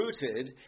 rooted